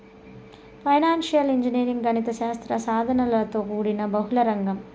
financial engineering గణిత శాస్త్ర సాధనలతో కూడిన బహుళ రంగం